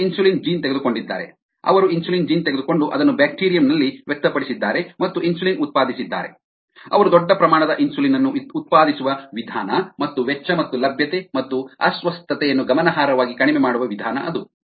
ಅವರು insulin gene ತೆಗೆದುಕೊಂಡಿದ್ದಾರೆ ಅವರು ಇನ್ಸುಲಿನ್ ಜೀನ್ ತೆಗೆದುಕೊಂಡು ಅದನ್ನು ಬ್ಯಾಕ್ಟೀರಿಯಂನಲ್ಲಿ ವ್ಯಕ್ತಪಡಿಸಿದ್ದಾರೆ ಮತ್ತು ಇನ್ಸುಲಿನ್ ಉತ್ಪಾದಿಸಿದ್ದಾರೆ ಅವರು ದೊಡ್ಡ ಪ್ರಮಾಣದ ಇನ್ಸುಲಿನ್ ಅನ್ನು ಉತ್ಪಾದಿಸುವ ವಿಧಾನ ಮತ್ತು ವೆಚ್ಚ ಮತ್ತು ಲಭ್ಯತೆ ಮತ್ತು ಅಸ್ವಸ್ಥತೆಯನ್ನು ಗಮನಾರ್ಹವಾಗಿ ಕಡಿಮೆ ಮಾಡುವ ವಿಧಾನ ಅದು